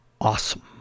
awesome